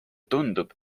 tundub